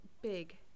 big